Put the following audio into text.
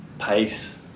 pace